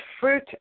fruit